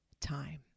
time